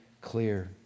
clear